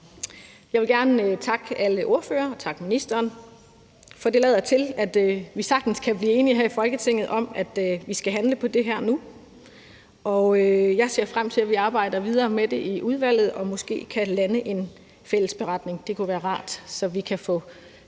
Jeg vil gerne takke alle ordførere og takke ministeren, for det lader til, at vi sagtens kan blive enige her i Folketinget om, at vi skal handle på det her nu, og jeg ser frem til, at vi arbejder videre med det i udvalget og måske kan lande en fælles beretning. Det kunne være rart, så vi kan få